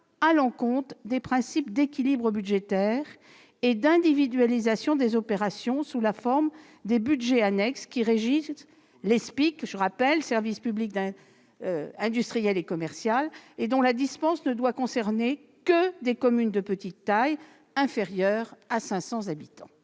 à l'encontre des principes d'équilibre budgétaire et d'individualisation des opérations sous la forme des budgets annexes qui régissent les SPIC, et dont la dispense ne doit concerner que des communes de petite taille, inférieure à 500 habitants.